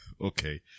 Okay